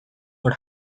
not